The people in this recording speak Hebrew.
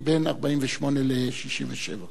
חבר הכנסת בן-ארי.